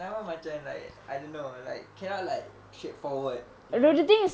memang macam like I don't know like cannot like straightforward you know